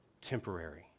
temporary